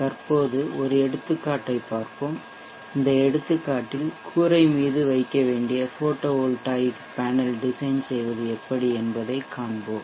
தற்போது ஒரு எடுத்துக்காட்டைப் பார்ப்போம் இந்த எடுத்துக்காட்டில் கூரை மீது வைக்க வேண்டிய போட்டோவோல்டாயிக் பேனல் டிசைன் செய்வது எப்படி என்பதை காண்போம்